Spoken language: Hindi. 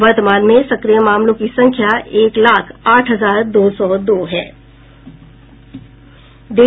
वर्तमान में सक्रिय मामलों की संख्या एक लाख नौ हजार नौ सौ पैंतालीस है